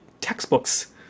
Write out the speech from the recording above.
textbooks